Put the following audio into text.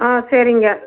ஆ சரிங்க